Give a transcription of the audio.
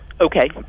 okay